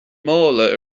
mála